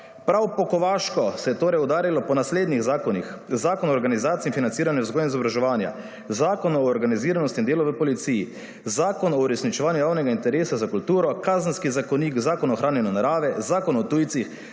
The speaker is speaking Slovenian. Prav po kovaško se je udarilo po naslednjih zakonih: Zakon o organizaciji in financiranju vzgoje in izobraževanja, Zakon o organiziranosti in delu v policiji, Zakon o uresničevanju javnega interesa za kulturo, Kazenskih zakonik, Zakon o ohranjanju narave, Zakon o tujcih,